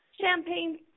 champagne